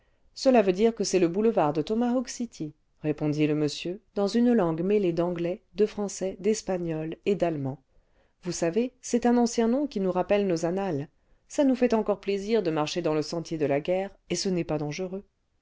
cela veut dire que c'est le boulevard de tomahawk city répondit le monsieur dans une langue mêlée d'anglais de français d'espagnol et la collection de scalps du notaire ce i l-d e l a p i n d'allemand vous savez c'est un ancien nom qui nous rappelle nos annales ça nous fait encore plaisir de marcher dans le sentier de là guerre et ce n'est pas dangereux